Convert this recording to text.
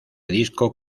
disco